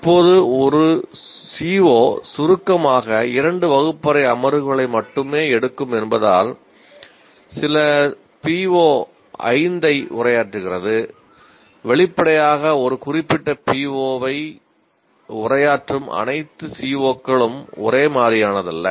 இப்போது ஒரு CO சுருக்கமாக இரண்டு வகுப்பறை அமர்வுகளை மட்டுமே எடுக்கும் என்பதால் சில PO 5 ஐ உரையாற்றுகிறது வெளிப்படையாக ஒரு குறிப்பிட்ட PO ஐ உரையாற்றும் அனைத்து CO களும் ஒரே மாதிரியானதல்ல